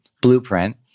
blueprint